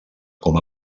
com